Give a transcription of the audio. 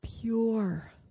pure